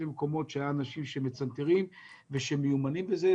למקומות בהם היו אנשים שמצנתרים ושמיומנים בזה,